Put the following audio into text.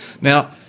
Now